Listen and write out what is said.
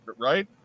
Right